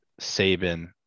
Saban